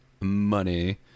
money